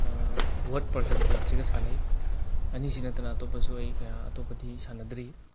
ꯋꯥꯔꯗ ꯄꯖꯜ ꯒꯦꯝꯁꯤꯒ ꯁꯥꯟꯅꯩ ꯑꯅꯤꯁꯤ ꯅꯠꯇꯅ ꯑꯇꯣꯞꯄꯁꯨ ꯑꯩ ꯀꯌꯥ ꯑꯇꯣꯞꯄꯗꯤ ꯁꯥꯟꯅꯗ꯭ꯔꯤ